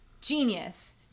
Genius